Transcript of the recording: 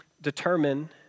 determine